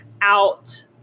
out